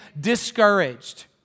discouraged